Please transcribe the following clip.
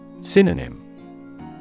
Synonym